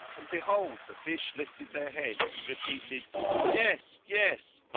and behold, the fish lifted their heads, and repeated yes! yes!